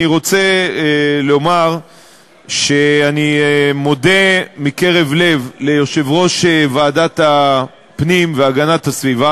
אני רוצה לומר שאני מודה מקרב לב ליושב-ראש ועדת הפנים והגנת הסביבה,